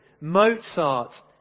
Mozart